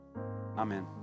Amen